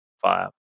fire